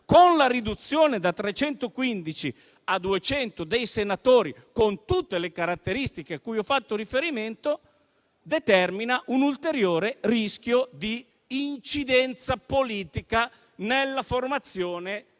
con la riduzione da 315 a 200 dei senatori, con tutte le caratteristiche a cui ho fatto riferimento, determina un ulteriore rischio di incidenza politica nella formazione